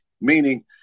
meaning